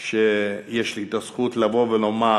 ויש לי הזכות לבוא ולומר: